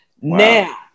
Now